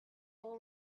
all